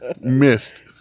Missed